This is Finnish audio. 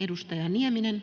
Edustaja Nieminen.